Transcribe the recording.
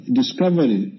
discovery